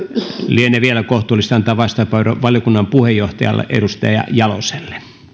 lienee vielä kohtuullista antaa vastauspuheenvuoro valiokunnan puheenjohtajalle edustaja jaloselle